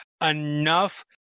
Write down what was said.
enough